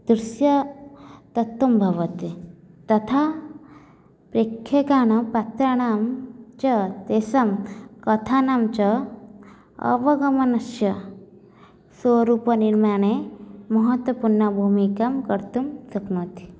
दृश्यतत्त्वं भवति तथा प्रेक्षकानां पात्राणां च तेषां कथानाञ्च अवगमनस्य स्वरूपनिर्माणे महत्त्वपूर्ण भूमिकां कर्तुं शक्नोति